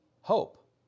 hope